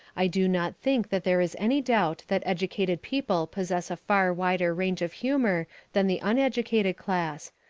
i do not think that there is any doubt that educated people possess a far wider range of humour than the uneducated class.